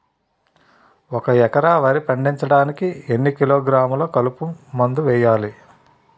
ఒక ఎకర వరి పండించటానికి ఎన్ని కిలోగ్రాములు కలుపు మందు వేయాలి?